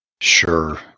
Sure